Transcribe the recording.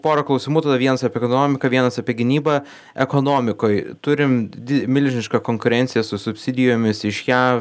pora klausimų tada vienas apie ekonomiką vienas apie gynybą ekonomikoj turime di milžinišką konkurenciją su subsidijomis iš jav